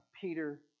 Peter